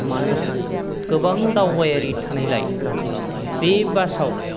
मानोना गोबां दावबायारि थानायलाय बे बासाव